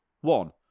One